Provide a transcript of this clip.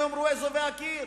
מה יאמרו אזובי הקיר?